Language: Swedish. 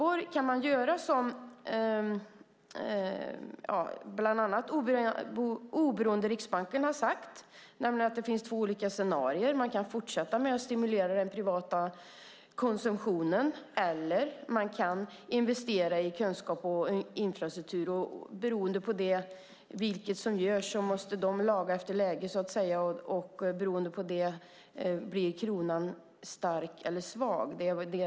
Oberoende Riksbanken har sagt att det finns två scenarier: Man kan fortsätta att stimulera den privata konsumtionen eller investera i kunskap och infrastruktur. Beroende på vilket som görs måste Riksbanken laga efter läge och kronan blir antingen stark eller svag.